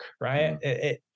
right